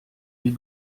die